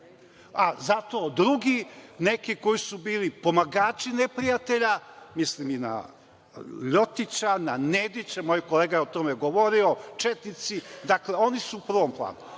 a zato drugi neki, koji su bili pomagači neprijatelja, mislim i na Ljotića i na Nedića, moj kolega je o tome govorio, četnici, dakle, oni su u prvom planu.